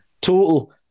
total